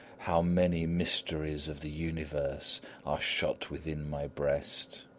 how many mysteries of the universe are shut within my breast!